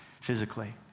physically